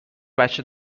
بچه